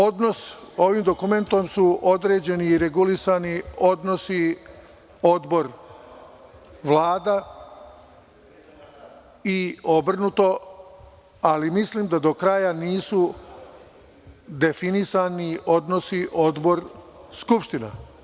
Odnos ovim dokumentom su određeni i regulisani odnosi Odbor-Vlada, i obrnuto, ali mislim da do kraja nisu definisani odnosi Odbor-Skupština.